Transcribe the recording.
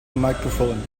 microphone